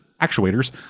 actuators